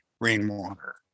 rainwater